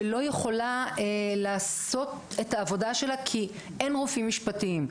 שלא יכולה לעשות את העבודה שלה כי אין רופאים משפטיים.